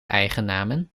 eigennamen